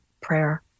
prayer